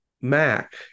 Mac